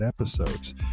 episodes